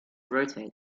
rotate